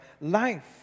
life